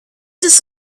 just